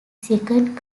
second